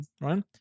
right